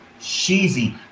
Sheezy